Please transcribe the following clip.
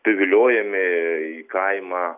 priviliojami į kaimą